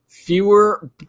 Fewer